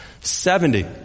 Seventy